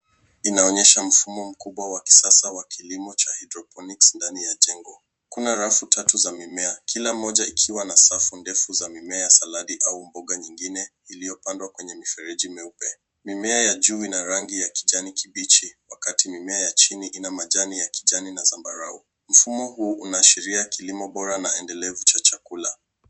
Inaonyesha mfumo mkubwa wa kisasa wa kilimo cha hydroponic ndani ya jengo. Kuna rafu tatu za mimea. Kila moja ikiwa na safu ndefu ya mimea saladi au mboga nyingine iliyopandwa kwenye mifereji meupe. Mimea ya juu ina rangi ya kijani kibichi wakati mimea ya chini ina majani ya kijani na zambarau. Mfumo huu unaashiria kilimo bora na endelevu cha chakula.